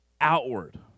outward